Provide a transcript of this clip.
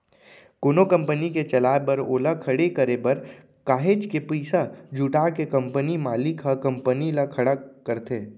कोनो कंपनी के चलाए बर ओला खड़े करे बर काहेच के पइसा जुटा के कंपनी मालिक ह कंपनी ल खड़ा करथे